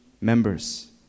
members